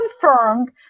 confirmed